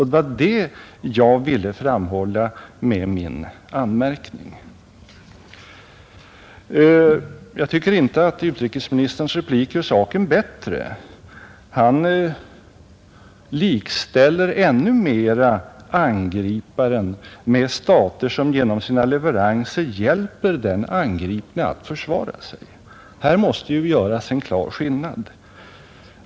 Det var det jag ville framhålla med min anmärkning. Jag tycker inte att utrikesministerns replik gör saken bättre. Han likställer ännu mera angriparen med stater som genom sina leveranser hjälper den angripne att försvara sig. Här måste ju göras en klar skillnad.